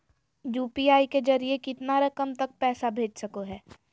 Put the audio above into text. UPI के जरिए कितना रकम तक पैसा भेज सको है?